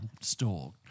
store